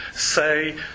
say